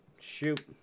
Shoot